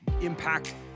impact